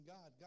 God